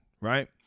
right